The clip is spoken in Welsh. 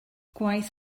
gwaith